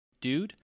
Dude